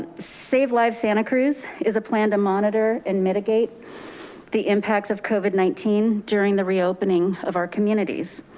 save lives santa cruz is a plan to monitor and mitigate the impacts of covid nineteen during the reopening of our communities.